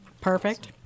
Perfect